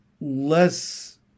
less